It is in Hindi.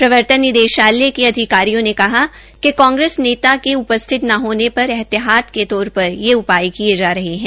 प्रवर्तन निदेशालय के अधिकारियो ने कहा कि कांग्रेस नेता के उपस्थित न होने पर एहतियात के तौर पर यह उपाय किये जा रहे है